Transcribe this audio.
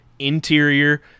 interior